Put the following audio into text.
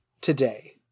today